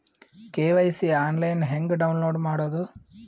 KYC online ಹೆಂಗ್ download ಮಾಡೋದು?